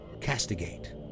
castigate